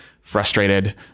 frustrated